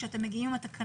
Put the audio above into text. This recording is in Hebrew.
עת אתם מגיעים עם התקנות,